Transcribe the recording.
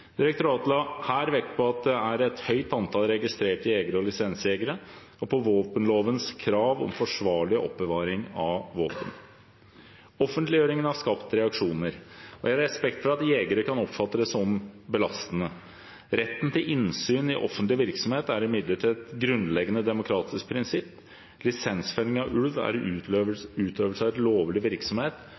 Direktoratet la her vekt på at det er et høyt antall registrerte jegere og lisensjegere, og på våpenlovens krav om forsvarlig oppbevaring av våpen. Offentliggjøringen har skapt reaksjoner, og jeg har respekt for at jegere kan oppfatte det som belastende. Retten til innsyn i offentlig virksomhet er imidlertid et grunnleggende demokratisk prinsipp. Lisensfelling av ulv er utøvelse av en lovlig virksomhet,